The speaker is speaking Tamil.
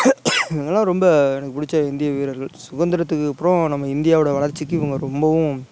இவங்களாம் ரொம்ப எனக்கு பிடிச்ச இந்திய வீரர்கள் சுதந்திரத்துக்கு அப்றம் நம்ம இந்தியாவோடய வளர்ச்சிக்கு இவங்க ரொம்பவும்